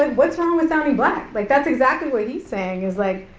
and what's wrong with sounding black? like, that's exactly what he's saying, is like,